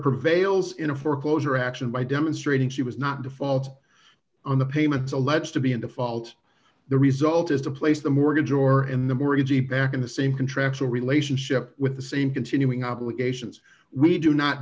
prevails in a foreclosure action by demonstrating she was not default on the payments alleged to be in default the result is to place the mortgage or in the more e g back in the same contractual relationship with the same continuing obligations we do not